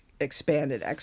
expanded